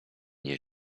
nie